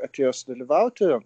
atėjo sudalyvauti